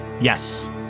Yes